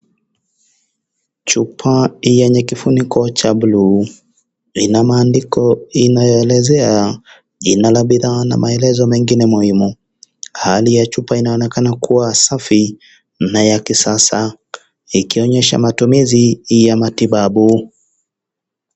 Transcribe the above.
Chupa yenye kifunuko cha bluu, inamaandiko inayo elezea jina la bidhaa na maelezo mengine mukimu, hali ya chupa inaonekana kuwa safi naya kisasa ikionyesha matumizi ya matibabu.